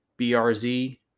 BRZ